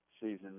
season